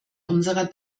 unser